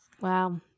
Wow